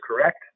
correct